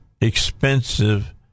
expensive